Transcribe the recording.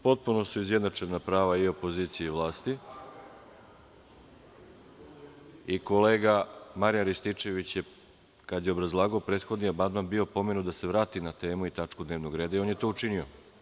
Potpuno su izjednačena prava i opozicije i vlasti i kolega Marijan Rističević je kada je obrazlagao prethodni amandman bio opomenut da se vrati na temu i tačku dnevnog reda i on je to učinio.